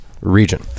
region